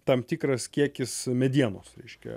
tam tikras kiekis medienos reiškia